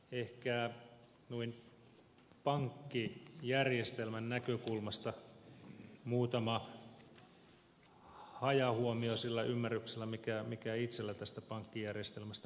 mutta ehkä noin pankkijärjestelmän näkökulmasta muutama hajahuomio sillä ymmärryksellä mikä itselläni tästä pankkijärjestelmästä kaiken kaikkiaan on